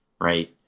Right